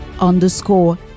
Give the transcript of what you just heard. Underscore